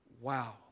wow